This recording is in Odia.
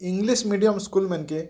English medium ସ୍କୁଲ୍ମାନ୍ଙ୍କେ